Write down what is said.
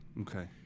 Okay